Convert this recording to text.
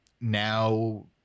now